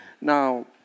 Now